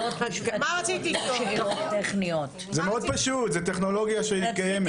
מאוד פשוט זה טכנולוגיה שמתקיימת.